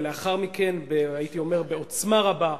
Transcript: ולאחר מכן, הייתי אומר, בעוצמה רבה,